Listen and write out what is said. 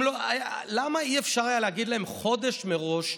למה לא היה אפשר להגיד להן חודש מראש: